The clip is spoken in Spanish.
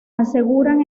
aseguran